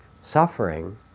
suffering